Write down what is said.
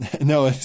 No